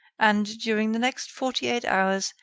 and, during the next forty-eight hours,